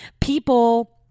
people